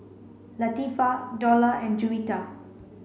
Latifa Dollah and Juwita